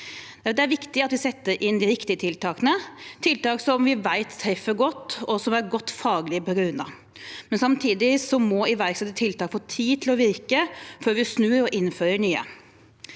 Det er viktig at vi setter inn de riktige tiltakene, tiltak som vi vet treffer godt, og som er godt faglig begrunnet. Samtidig må iverksatte tiltak få tid til å virke før vi snur og innfører nye.